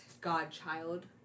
godchild